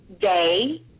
day